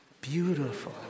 Beautiful